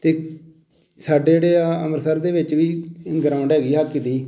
ਅਤੇ ਸਾਡੇ ਜਿਹੜੇ ਆ ਅੰਮ੍ਰਿਤਸਰ ਦੇ ਵਿੱਚ ਵੀ ਗਰਾਊਂਡ ਹੈਗੀ ਹਾਕੀ ਦੀ